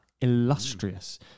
illustrious